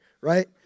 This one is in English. right